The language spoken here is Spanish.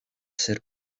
ser